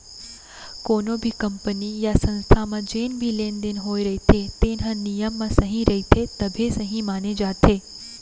कोनो भी कंपनी य संस्था म जेन भी लेन देन होए रहिथे तेन ह नियम म सही रहिथे तभे सहीं माने जाथे